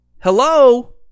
Hello